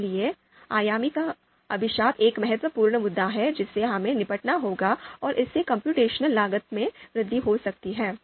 इसलिए आयामीता का अभिशाप एक महत्वपूर्ण मुद्दा है जिससे हमें निपटना होगा और इससे कम्प्यूटेशनल लागत में वृद्धि हो सकती है